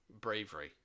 Bravery